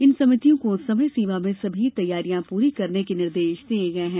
इन समितियों को समय सीमा में सभी तैयारियां पूरी करने के निर्देश दिये गये हैं